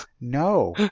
no